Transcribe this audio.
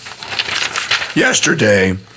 yesterday